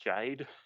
Jade